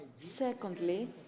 Secondly